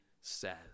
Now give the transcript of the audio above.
says